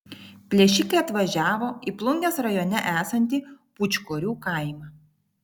plėšikai atvažiavo į plungės rajone esantį pūčkorių kaimą